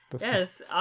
Yes